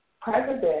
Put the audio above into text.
President